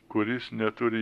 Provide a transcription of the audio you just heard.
kuris neturi